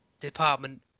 department